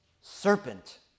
serpent